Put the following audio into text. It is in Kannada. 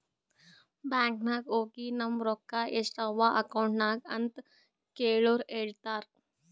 ಬ್ಯಾಂಕ್ ನಾಗ್ ಹೋಗಿ ನಮ್ ರೊಕ್ಕಾ ಎಸ್ಟ್ ಅವಾ ಅಕೌಂಟ್ನಾಗ್ ಅಂತ್ ಕೇಳುರ್ ಹೇಳ್ತಾರ್